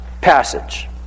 passage